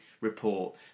report